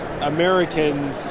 American